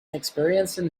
experiencing